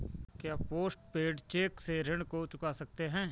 क्या post paid cheque से ऋण को चुका सकते हैं?